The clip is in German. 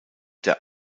der